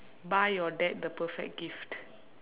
buy your dad the perfect gift